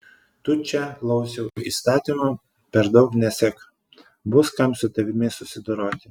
tu čia lauciau įstatymo per daug nesek bus kam su tavimi susidoroti